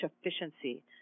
efficiency